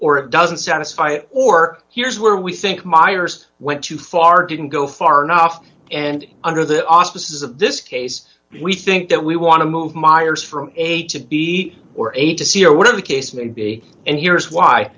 it doesn't satisfy or here's where we think miers went too far didn't go far enough and under the auspices of this case we think that we want to move miers from a to b or eight to zero whatever the case may be and here's why